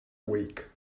week